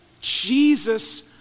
Jesus